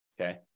Okay